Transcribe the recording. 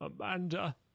Amanda